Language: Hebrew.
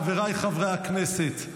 חבריי חברי הכנסת,